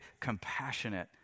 compassionate